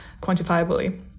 quantifiably